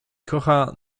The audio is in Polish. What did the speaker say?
kocha